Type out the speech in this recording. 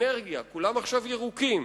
אנרגיה, כולם עכשיו ירוקים,